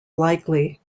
likely